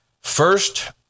first